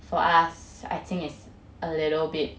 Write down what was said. for us I think is a little bit